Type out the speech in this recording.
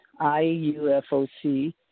IUFOC